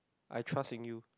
I trust in you